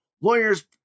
Lawyers